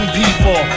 people